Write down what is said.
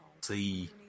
see